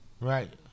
Right